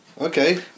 Okay